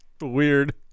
weird